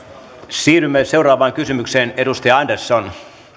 siirrymme seuraavaan kysymykseen edustaja andersson